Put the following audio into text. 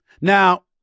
Now